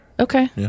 Okay